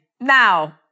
Now